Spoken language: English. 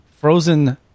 frozen